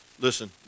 listen